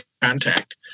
contact